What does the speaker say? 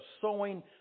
sowing